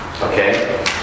Okay